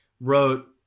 wrote